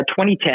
2010